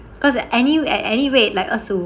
cause at any at any rate like us to